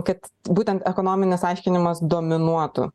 kad būtent ekonominis aiškinimas dominuotų